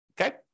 okay